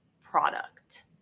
product